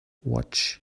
watch